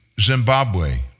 Zimbabwe